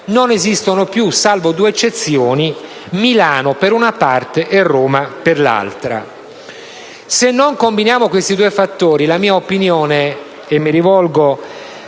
non esistono più, salvo due eccezioni: Milano per una parte e Roma per l'altra. Se non combiniamo questi due fattori, la mia opinione - e mi rivolgo